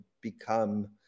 become